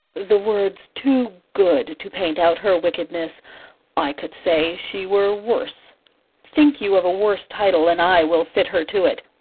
the word's too good to paint out her wickedness i could say, she were worse think you of a worse title, and i will fit her to it.